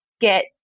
get